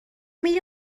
میری